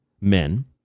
men